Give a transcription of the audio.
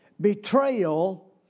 Betrayal